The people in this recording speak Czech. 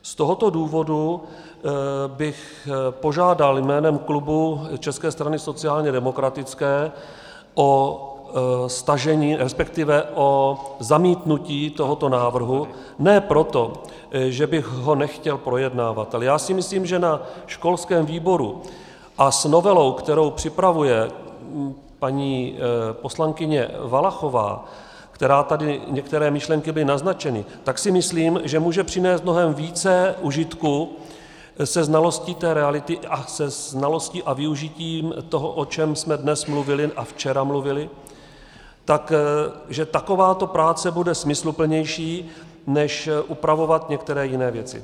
Z tohoto důvodu bych požádal jménem klubu České strany sociálně demokratické o zamítnutí tohoto návrhu ne proto, že bych ho nechtěl projednávat, ale já si myslím, že na školském výboru a s novelou, kterou připravuje paní poslankyně Valachová, některé myšlenky tady byly naznačeny, tak si myslím, že může přinést mnohem více užitku se znalostí té reality a se znalostí a využitím toho, o čem jsme dnes mluvili a včera mluvili, takže takováto práce bude smysluplnější než upravovat některé jiné věci.